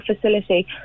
facility